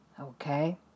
Okay